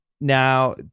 now